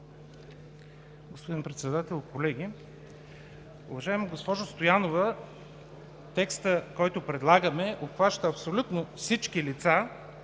Господин Председател, колеги! Уважаема госпожо Стоянова, текстът, който предлагаме, обхваща абсолютно всички лица,